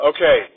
Okay